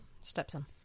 stepson